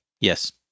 yes